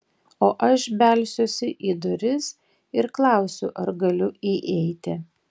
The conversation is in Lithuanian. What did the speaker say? o aš belsiuosi į duris ir klausiu ar galiu įeiti